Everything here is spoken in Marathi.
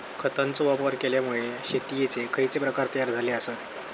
खतांचे वापर केल्यामुळे शेतीयेचे खैचे प्रकार तयार झाले आसत?